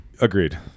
Agreed